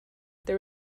there